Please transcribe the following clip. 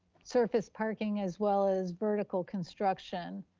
surface parking, as well as vertical construction,